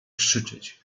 krzyczeć